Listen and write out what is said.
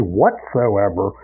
whatsoever